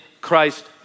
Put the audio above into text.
Christ